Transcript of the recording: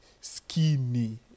skinny